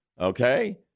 Okay